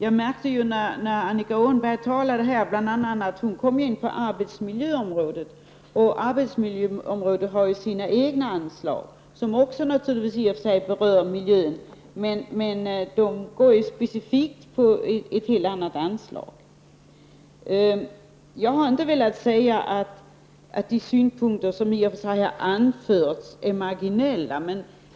Annika Åhnberg kom in på arbetsmiljöområdet. Arbetsmiljöområdet har sina egna anslag som naturligtvis i och för sig berör miljön men går specifikt till ett helt annat område. Jag har inte sagt att de synpunkter som framförts har marginell betydelse.